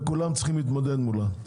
וכולם צריכים להתמודד מולם.